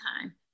time